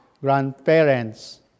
grandparents